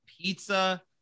pizza